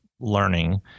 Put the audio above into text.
Learning